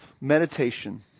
Meditation